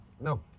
no